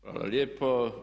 Hvala lijepo.